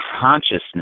consciousness